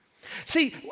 See